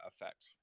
effect